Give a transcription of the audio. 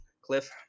cliff